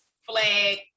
flag